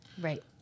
right